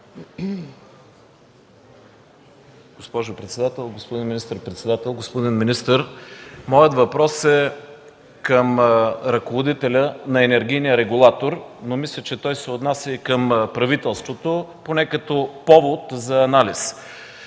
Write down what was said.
Госпожо председател, господин министър-председател, господин министър! Моят въпрос е към ръководителя на енергийния регулатор. Мисля, че той се отнася и към правителството поне като повод за анализ.